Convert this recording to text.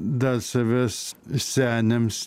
dar savęs seniams